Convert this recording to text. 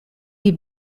wie